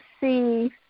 see